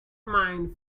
mind